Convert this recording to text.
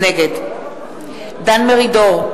נגד דן מרידור,